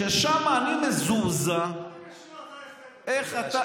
שם אני מזועזע איך אתה,